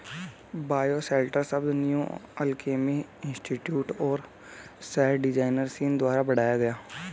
bioshelter शब्द New Alchemy Institute और सौर डिजाइनर सीन द्वारा गढ़ा गया था